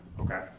okay